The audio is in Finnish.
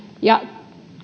ja